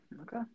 Okay